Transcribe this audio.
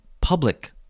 public